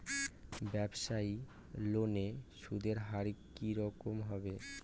ব্যবসায়ী লোনে সুদের হার কি রকম হবে?